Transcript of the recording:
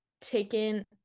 taken